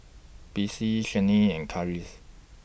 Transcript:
Besse Shannen and Karis